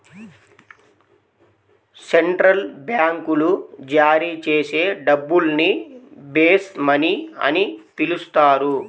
central బ్యాంకులు జారీ చేసే డబ్బుల్ని బేస్ మనీ అని పిలుస్తారు